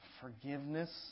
forgiveness